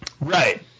Right